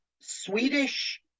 Swedish